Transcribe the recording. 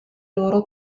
loro